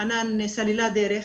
חנאן סללה דרך,